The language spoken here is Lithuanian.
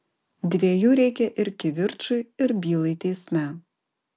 dviejų reikia ir kivirčui ir bylai teisme